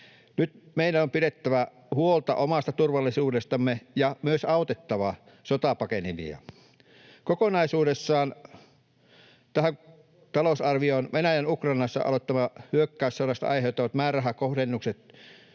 Nyt meidän on pidettävä huolta omasta turvallisuudestamme ja myös autettava sotaa pakenevia. Kokonaisuudessaan tähän talousarvioon Venäjän Ukrainassa aloittamasta hyökkäyssodasta aiheutuvat määrärahakohdennukset